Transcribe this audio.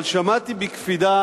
אבל שמעתי בקפידה